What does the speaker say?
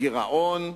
גירעון,